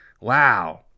Wow